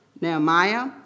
Nehemiah